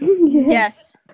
Yes